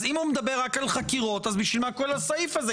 אם הוא מדבר רק על חקירות, בשביל מה כל הסעיף הזה?